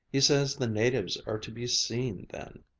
he says the natives are to be seen then.